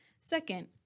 Second